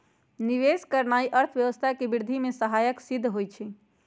निवेश करनाइ अर्थव्यवस्था के वृद्धि में सहायक सिद्ध होइ छइ